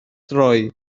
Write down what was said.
droi